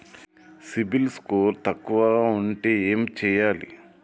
CIBIL score తక్కువ ఉంటే ఏం చేయాలి?